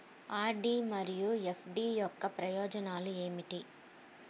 RD మరియు FD యొక్క ప్రయోజనాలు ఏమిటి?